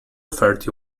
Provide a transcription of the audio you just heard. thirty